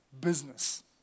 business